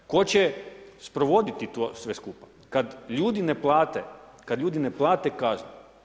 Tko će sprovoditi to sve skupa kad ljudi ne plate, kad ljudi ne plate kaznu?